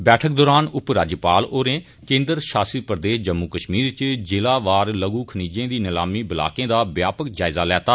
बैठक दौरान उप राज्यपाल होरें केन्द्र षासित प्रदेष जम्मू कष्मीर इच जिला वार लघु खनिजें दी निलामी ब्लाकें दा व्यापक जायजा लैता